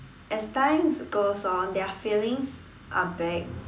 as times goes on their feelings are back